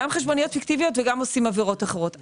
גם חשבוניות פיקטיביות וגם עושים עבירות אחרות.